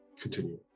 Continue